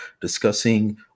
discussing